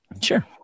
Sure